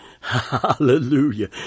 Hallelujah